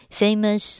famous